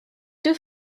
deux